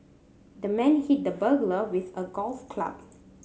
the man hit the burglar with a golf club